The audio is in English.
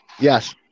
Yes